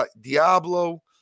Diablo